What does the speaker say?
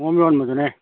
ꯈꯣꯡꯎꯞ ꯌꯣꯟꯕꯗꯨꯅꯦ